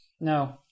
No